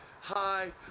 Hi